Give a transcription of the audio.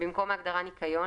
במקום ההגדרה ""נקיון",